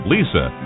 Lisa